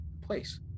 place